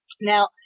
Now